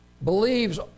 believes